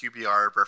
QBR